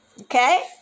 Okay